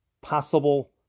possible